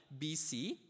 BC